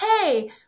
hey